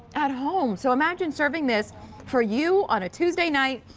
at home! so imagine serving this for you on tuesday night.